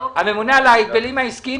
הממונה על ההגבלים העסקיים,